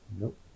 Nope